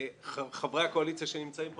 חברי הקואליציה שנמצאים פה,